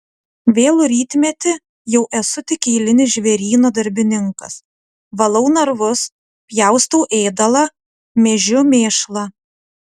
vėlų rytmetį jau esu tik eilinis žvėryno darbininkas valau narvus pjaustau ėdalą mėžiu mėšlą